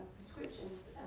prescriptions